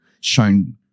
shown